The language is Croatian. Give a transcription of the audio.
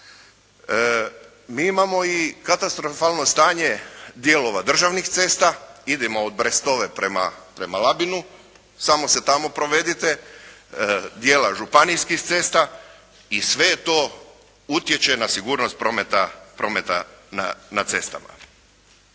Mi imamo i katastrofalno stanje dijelova državnih cesta, idimo od Brestove prema Labinu. Samo se tamo provedite, dijela županijskih cesta i sve to utječe na sigurnost prometa na cestama.